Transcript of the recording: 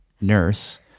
nurse